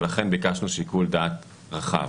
ולכן ביקשנו שיקול דעת רחב.